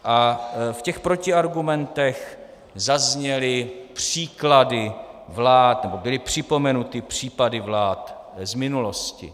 A v těch protiargumentech zazněly příklady vlád, nebo byly připomenuty případy vlád z minulosti.